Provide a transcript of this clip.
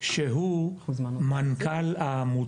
שהוא מנכ"ל העמותה.